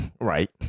Right